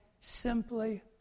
simply